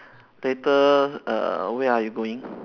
later err where are you going